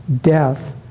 death